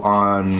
on